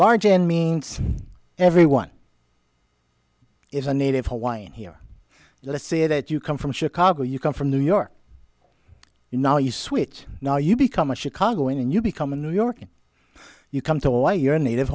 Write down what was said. large and means everyone is a native hawaiian here let's say that you come from chicago you come from new york you know you switch now you become a chicago and you become a new york you come to why you're a native